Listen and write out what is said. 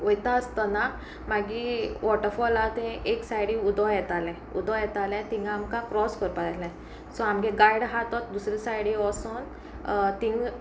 वयता आसतना मागीर वॉटरफॉल आहा थंय एक सायडी उदक येतालें उदक येतालें तिंगा आमकां क्रोस करपा जाय आहलें सो आमगे गायड आहा तो दुसरे सायडी वोसोन थींग